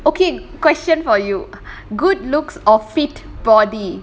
okay question for you good looks or fit body